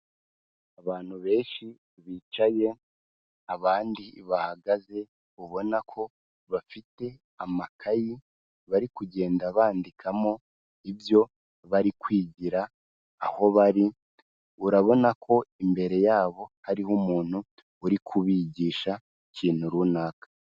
Abantu benshi bicaye abandi bahagaze ubona ko bafite amakayi bari kugenda bandikamo ibyo bari kwigira aho bari, urabona ko imbere yabo hariho umuntu uri kubigisha ikintu runaka.